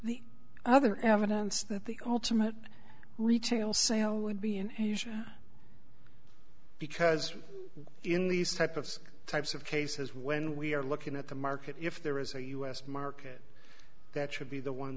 the other evidence that the ultimate retail sale would be an issue because in these type of types of cases when we are looking at the market if there is a us market that should be the one